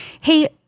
Hey